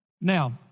Now